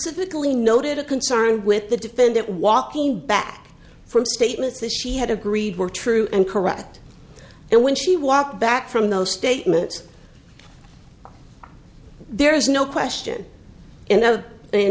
specifically noted a concern with the defendant walking back from statements that she had agreed were true and correct and when she walked back from those statements there is no question and then